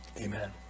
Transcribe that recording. Amen